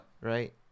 right